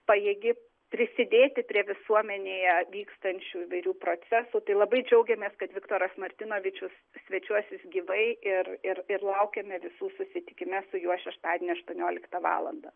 pajėgi prisidėti prie visuomenėje vykstančių įvairių procesų tai labai džiaugiamės kad viktoras martinovičius svečiuosis gyvai ir ir ir laukiame visų susitikime su juo šeštadienį aštuonioliktą valandą